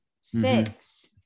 six